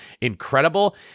incredible